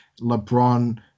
LeBron